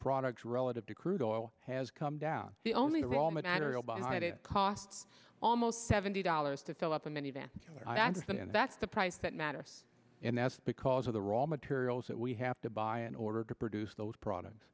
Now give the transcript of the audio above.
products relative to crude oil has come down the only real matter all behind it costs almost seventy dollars to fill up a minivan i understand and that's the price that matters and that's because of the raw materials that we have to buy in order to produce those products